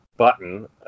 Button